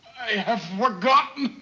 i have forgotten.